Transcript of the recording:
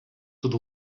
тут